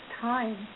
time